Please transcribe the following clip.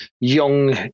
young